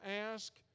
ask